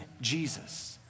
Jesus